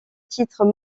titre